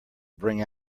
bring